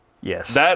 Yes